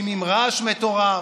מקימים רעש מטורף,